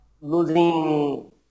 losing